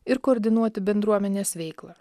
ir koordinuoti bendruomenės veiklą